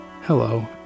Hello